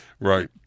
Right